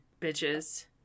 bitches